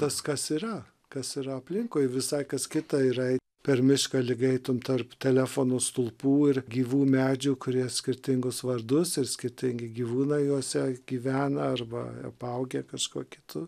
tas kas yra kas yra aplinkui visai kas kita yra per mišką lyg eitumei tarp telefono stulpų ir gyvų medžių kurie skirtingus vardus ir skirtingi gyvūnai juose gyvena arba apaugę kažkuo kitu